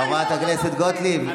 חברת הכנסת גוטליב,